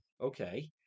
Okay